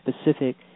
specific